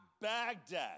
Baghdad